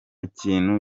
kintu